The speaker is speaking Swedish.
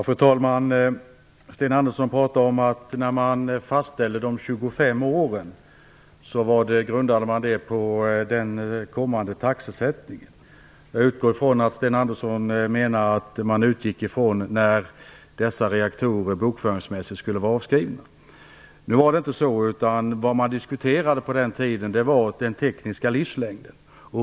Fru talman! Sten Andersson pratar om att fastställandet av de 25 åren grundades på den kommande taxesättningen. Jag utgår från att Sten Andersson menar att man utgick ifrån den tidpunkt när dessa reaktorer bokföringsmässigt skulle vara avskrivna. Nu var det inte så, utan det som man diskuterade på den tiden var den tekniska livslängden.